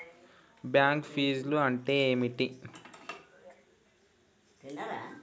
Bank ఫీజ్లు అంటే ఏమిటి?